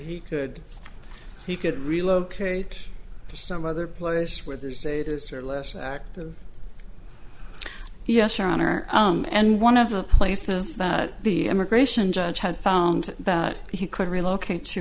he could he could relocate to some other place where the status are less active yes your honor and one of the places that the immigration judge had found that he could relocate